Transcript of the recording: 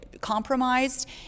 compromised